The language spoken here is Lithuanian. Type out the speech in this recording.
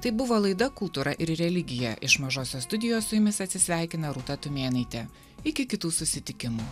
tai buvo laida kultūra ir religija iš mažosios studijos su jumis atsisveikina rūta tumėnaitė iki kitų susitikimų